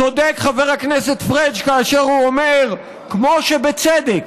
צודק חבר הכנסת פריג' כאשר הוא אומר שכמו שבצדק